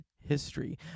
history